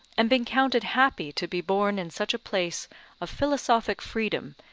and been counted happy to be born in such a place of philosophic freedom,